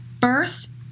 first